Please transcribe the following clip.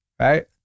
Right